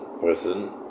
person